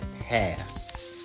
past